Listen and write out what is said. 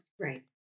Right